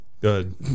good